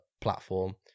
platform